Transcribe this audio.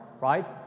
right